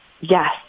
Yes